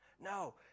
No